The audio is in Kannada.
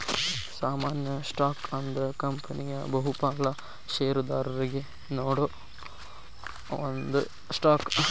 ಸಾಮಾನ್ಯ ಸ್ಟಾಕ್ ಅಂದ್ರ ಕಂಪನಿಯ ಬಹುಪಾಲ ಷೇರದಾರರಿಗಿ ನೇಡೋ ಒಂದ ಸ್ಟಾಕ್